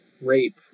rape